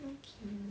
okay